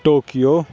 Tokyo